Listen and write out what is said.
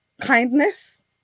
kindness